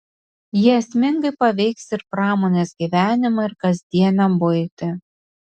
jie esmingai paveiks ir pramonės gyvenimą ir kasdienę buitį